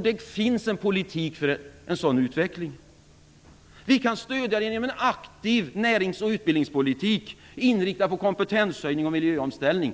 Det finns en politik för en sådan utveckling. Vi kan stödja den genom en aktiv närings och utbildningspolitik inriktad på kompetenshöjning och miljöomställning.